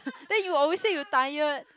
then you always say you tired